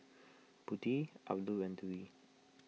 Budi Abdul and Dwi